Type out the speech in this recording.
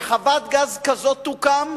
שחוות גז כזאת תוקם,